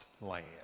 land